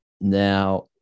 now